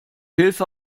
hilfe